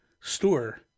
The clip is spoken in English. store